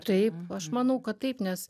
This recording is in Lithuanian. taip aš manau kad taip nes